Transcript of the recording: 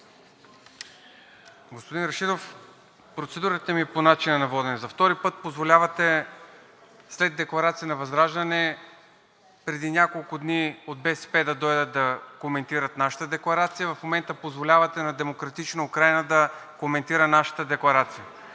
Господин Рашидов, процедурата ми е по начина на водене. За втори път позволявате след декларация на ВЪЗРАЖДАНЕ – преди няколко дни от БСП да дойдат да коментират нашата декларация, а в момента позволявате на „Демократична Украйна“ да коментира нашата декларация.